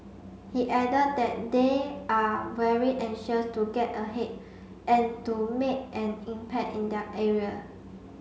he added that they are very anxious to get ahead and to make an impact in their area